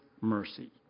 mercy